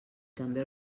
també